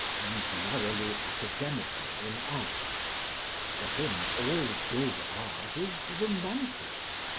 and narrowly academical in art for him, all good art is romantic.